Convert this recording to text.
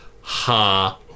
Ha